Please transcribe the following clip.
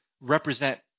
represent